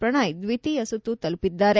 ಪ್ರಣಯ್ ದ್ವಿತೀಯ ಸುತ್ತು ತಲುಪಿದ್ದಾರೆ